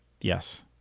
Yes